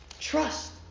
Trust